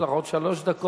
יש לך עוד שלוש דקות